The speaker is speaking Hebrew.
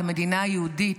כמדינה יהודית,